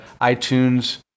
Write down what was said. itunes